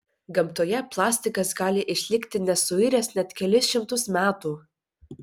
gamtoje plastikas gali išlikti nesuiręs net kelis šimtus metų